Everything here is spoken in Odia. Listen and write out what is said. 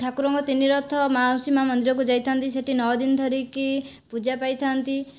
ଠାକୁରଙ୍କ ତିନି ରଥ ମାଉସୀ ମା' ମନ୍ଦିରକୁ ଯାଇଥାନ୍ତି ସେଠି ନଅ ଦିନ ଧରିକି ପୂଜା ପାଇଥାନ୍ତି